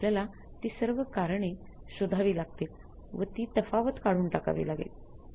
आपल्यला ती सर्व कारणे शोधावी लागतील व ती तफावत काढून टाकावी लागेल